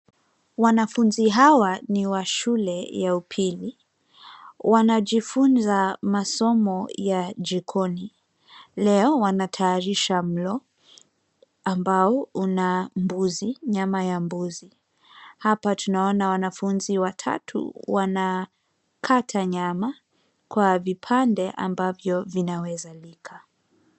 Wanafunzi hawa ni wa shule ya upili. Wanajifunza masomo ya jikoni. Leo wanatayarisha mlo ambao una mbuzi, nyama ya mbuzi. Tunawaona wanafunzi watatu wanakata nyama kwa vipande ambavyo vinaweza lika.